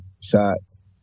shots